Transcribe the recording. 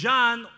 John